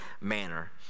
manner